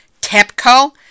TEPCO